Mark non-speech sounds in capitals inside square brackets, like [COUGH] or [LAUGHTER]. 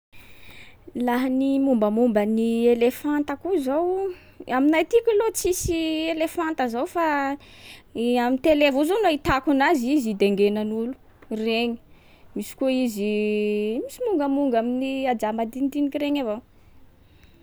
Laha ny mombamomba ny elefanta koa zao, aminay tiky aloha tsisy elefanta zao fa i- am'télé avao zao no ahitako anazy, izy idengenan’olo regny. Misy koa izy [HESITATION] misomongamonga amin’ny ajà madinidiniky regny avao.